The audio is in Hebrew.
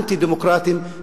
אנטי-דמוקרטיים.